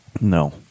No